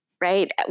right